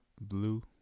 blue